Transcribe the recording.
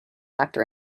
actor